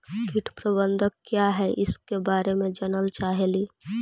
कीट प्रबनदक क्या है ईसके बारे मे जनल चाहेली?